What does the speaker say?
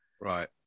Right